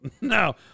No